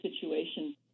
situation